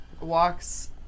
walks